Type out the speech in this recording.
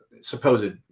supposed